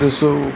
ॾिसूं